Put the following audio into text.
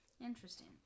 Interesting